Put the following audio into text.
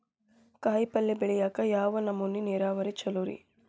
ಕಾಯಿಪಲ್ಯ ಬೆಳಿಯಾಕ ಯಾವ ನಮೂನಿ ನೇರಾವರಿ ಛಲೋ ರಿ?